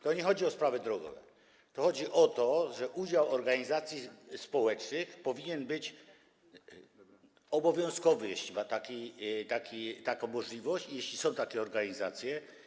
To nie chodzi o sprawy drogowe, to chodzi o to, że udział organizacji społecznych powinien być obowiązkowy, jeśli jest taka możliwość i jeśli są takie organizacje.